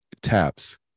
taps